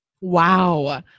Wow